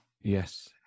Yes